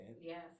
Yes